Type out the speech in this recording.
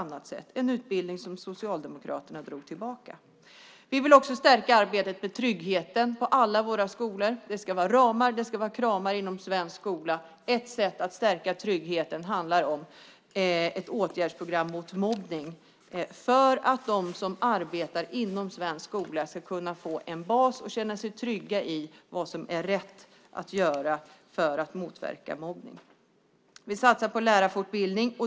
Det är en utbildning som Socialdemokraterna drog tillbaka. Vi vill också stärka arbetet med tryggheten på alla våra skolor. Det ska vara ramar, det ska vara kramar inom svensk skola. Ett sätt att stärka tryggheten är ett åtgärdsprogram mot mobbning för att de som arbetar inom svensk skola ska få en bas och känna sig trygga i vad som är rätt att göra för att motverka mobbning. Vi satsar på lärarfortbildning.